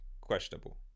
questionable